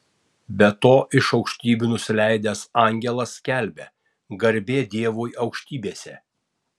be to iš aukštybių nusileidęs angelas skelbia garbė dievui aukštybėse